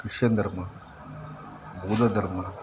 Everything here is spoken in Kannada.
ಕ್ರಿಶ್ಚನ್ ಧರ್ಮ ಬೌದ್ಧ ಧರ್ಮ